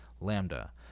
Lambda